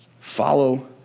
follow